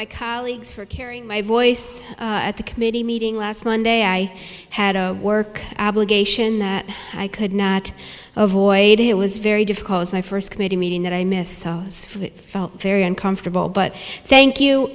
my colleagues for carrying my voice at the committee meeting last monday i had a work obligation that i could not avoid it was very difficult as my first committee meeting that i missed saw was it felt very uncomfortable but thank you